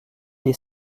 des